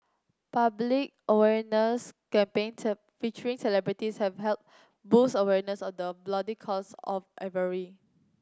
public awareness campaigns featuring celebrities have helped boost awareness of the bloody cost of ivory